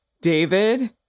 David